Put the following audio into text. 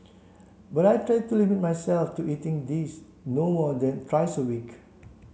but I try to limit myself to eating these no more than thrice a week